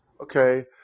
okay